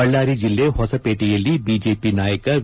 ಬಳ್ಳಾರಿ ಜಿಲ್ಲೆ ಹೊಸಪೇಟೆಯಲ್ಲಿ ಬಿಜೆಪಿ ನಾಯಕ ವಿ